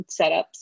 setups